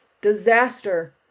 disaster